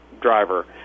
driver